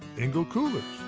engel coolers,